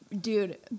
Dude